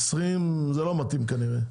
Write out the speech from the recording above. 20 זה לא מתאים כנראה.